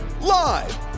Live